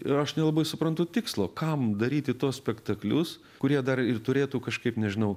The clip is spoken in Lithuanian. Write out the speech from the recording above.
ir aš nelabai suprantu tikslo kam daryti tuos spektaklius kurie dar ir turėtų kažkaip nežinau